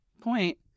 Point